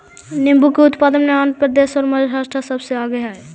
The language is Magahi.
नींबू के उत्पादन में आंध्र प्रदेश और महाराष्ट्र सबसे आगे हई